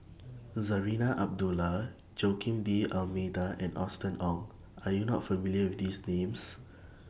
Zarinah Abdullah Joaquim D'almeida and Austen Ong Are YOU not familiar with These Names